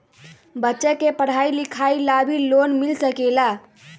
बच्चा के पढ़ाई लिखाई ला भी लोन मिल सकेला?